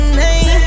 name